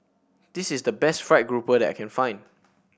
this is the best fried grouper that I can find